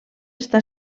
està